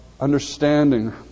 understanding